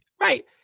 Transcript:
right